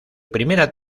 primera